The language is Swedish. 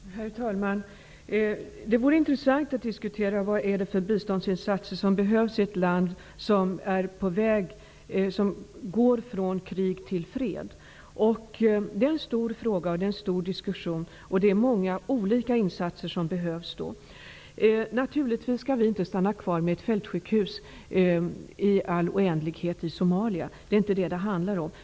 Herr talman! Det vore intressant att diskutera vilka biståndsinsatser som behövs i ett land som går från krig till fred. Det är en stor fråga, och det är en stor diskussion. Det är många olika insatser som behövs. Naturligtvis skall vi inte stanna kvar med ett fältsjukhus i all oändlighet i Somalia. Det är inte det detta handlar om.